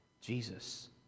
jesus